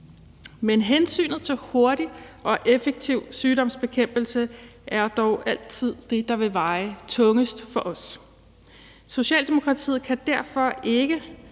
men hensynet til hurtig og effektiv sygdomsbekæmpelse er dog altid det, der vil veje tungest for os. Socialdemokratiet kan derfor ikke